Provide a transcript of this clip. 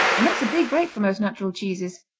and that's a big break for most natural cheeses.